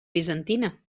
bizantina